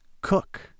Cook